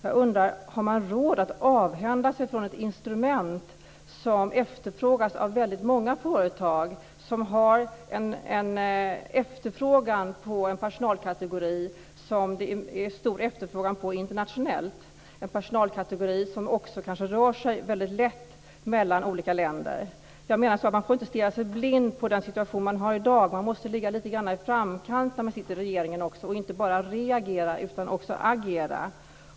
Jag undrar om man har råd att avhända sig ett instrument som efterfrågas av många företag som efterfrågar en personalkategori som det är stor efterfrågan på internationellt - en personalkategori som kanske också rör sig lätt mellan olika länder. Jag menar att man inte får stirra sig blind på den situation man har i dag. Man måste ligga lite i framkanten när man sitter i regeringen och inte bara reagera utan också agera.